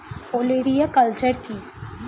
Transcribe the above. ওলেরিয়া কালচার কি?